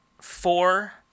Four